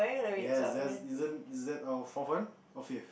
ya is that isn't is that all for fun or faith